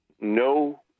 no